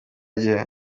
gihe